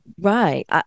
right